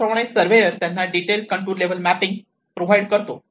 त्याचप्रमाणे सर्वेअर त्यांना detail contour level mapping provide करतो